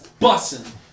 bussin